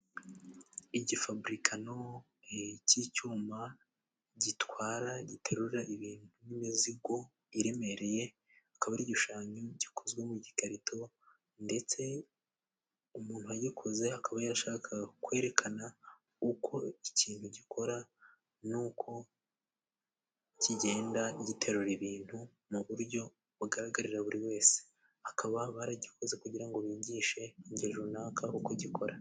Igifaburikano cy'icyuma gitwara, giterura ibintu n'imizigo iremereye, akaba ari igishushanyo gikozwe mu gikarito ndetse umuntu wagikoze akaba yarashakaga kwerekana uko ikintu gikora n'uko kigenda giterura ibintu mu buryo bugaragarira buri wese. Bakaba baragikoze kugira ngo bigishe ingero runaka uko gikora.